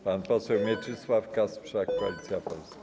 Pan poseł Mieczysław Kasprzak, Koalicja Polska.